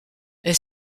est